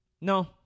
No